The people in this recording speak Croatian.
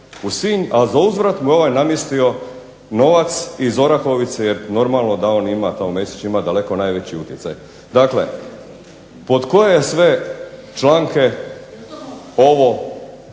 a zauzvrat mu je ovaj namjestio novac iz Orahovice jer normalno da on ima, kao Mesić ima daleko najveći utjecaj. Dakle, pod koje sve članke ovo